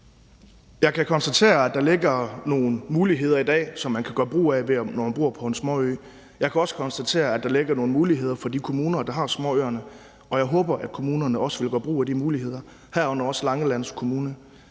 Jeg kan konstatere, at der ligger nogle muligheder i dag, som man kan gøre brug af, når man bor på en småø. Jeg kan også konstatere, at der ligger nogle muligheder for de kommuner, der har småøerne, og jeg håber, at kommunerne også vil gøre brug af de muligheder, herunder også Langeland Kommune.